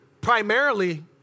primarily